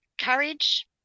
courage